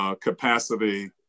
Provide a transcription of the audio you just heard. capacity